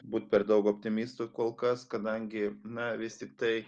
būt per daug optimistu kol kas kadangi na vis tiktai